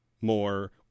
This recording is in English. more